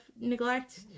neglect